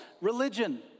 religion